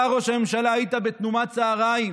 אתה, ראש הממשלה, היית בתנומת צוהריים.